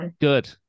Good